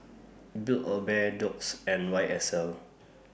Build A Bear Doux and Y S L